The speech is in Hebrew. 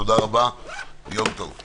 יום טוב.